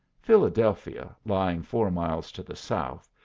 philadelphia, lying four miles to the south,